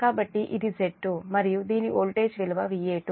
కాబట్టి ఇది Z2 మరియు దీని వోల్టేజ్ విలువ Va2